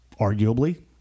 arguably